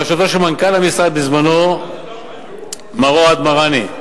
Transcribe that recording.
בראשותו של מנכ"ל המשרד בזמנו, מר אוהד מראני.